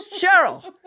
Cheryl